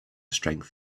strength